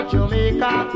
Jamaica